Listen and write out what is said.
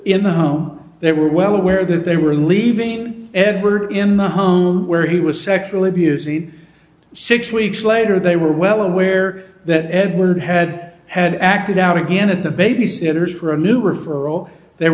in the home they were well aware that they were leaving edward in the home where he was sexually abusing six weeks later they were well aware that edward had had acted out again at the babysitters for a new river or the